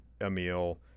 Emil